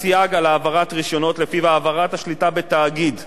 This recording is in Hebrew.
שלפיו העברת השליטה בתאגיד שהוא בעל רשיון להפעלת